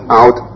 out